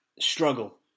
struggle